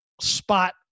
spot